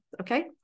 Okay